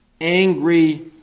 angry